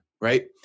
right